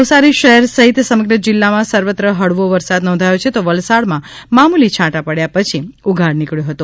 નવસારી શહેર સહિત સમગ્ર જિલ્લામાં સર્વત્ર હળવો વરસાદ નોંધાથો છે તો વલસાડમાં મામુલી છાટાં પડ્યા પછી ઉઘાડ નીકળ્યો હતો